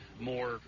more